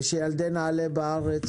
ושילדי נעל"ה בארץ,